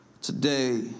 today